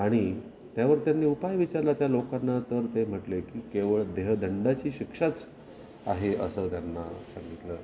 आणि त्यावर त्यांनी उपाय विचारला त्या लोकांना तर ते म्हटले की केवळ देहदंडाची शिक्षाच आहे असं त्यांना सांगितलं